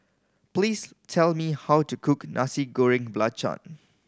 please tell me how to cook Nasi Goreng Belacan